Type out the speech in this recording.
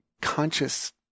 conscious